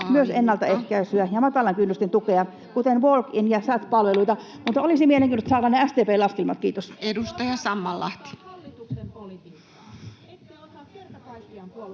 myös ennaltaehkäisyä ja matalan kynnyksen tukea, kuten walk-in- ja chat-palveluita. Mutta olisi mielenkiintoista saada ne SDP:n laskelmat. — Kiitos.